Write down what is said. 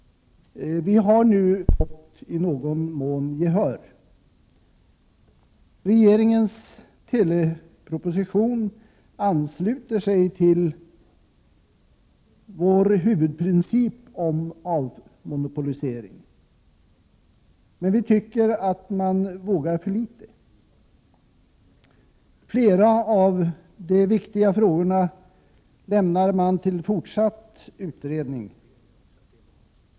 Vi har nu i någon mån fått gehör. Regeringens telepropositon ansluter sig till vår huvudprincip om avmonopolisering. Men vi tycker att man vågar för litet. Flera av de viktiga frågorna lämnar man till fortsatt utredning.